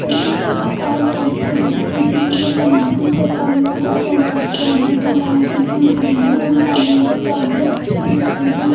لیکن کچھ کام ایسے ہوتے ہیں جنہیں ہم دل سے کرنا پسند کرتے ہیں ہمارے دلچسپی ان کاموں میں زیادہ اچھی ہوتی ہے